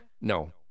No